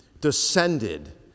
descended